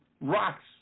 rocks